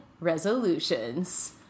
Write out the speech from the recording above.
resolutions